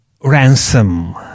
Ransom